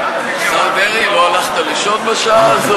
אני מחכה לך.